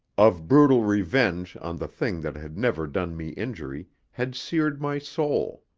of brutal revenge on the thing that had never done me injury, had seared my soul.